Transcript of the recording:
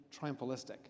triumphalistic